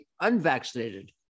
unvaccinated